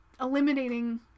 eliminating